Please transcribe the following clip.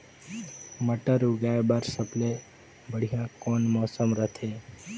मटर उगाय बर सबले बढ़िया कौन मौसम रथे?